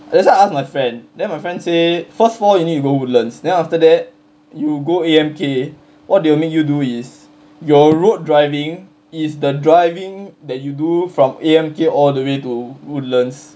that's why I ask my friend then my friend say first of all you need to go woodlands then after that you go A_M_K what they'll make you do is your road driving is the driving that you do from A_M_K all the way to woodlands